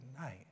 night